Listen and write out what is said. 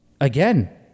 again